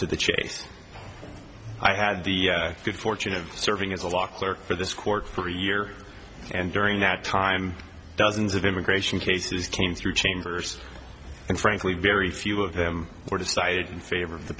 to the chase i had the good fortune of serving as a law clerk for this court for a year and during that time dozens of immigration cases came through chambers and frankly very few of them were decided in favor of the